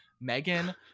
Megan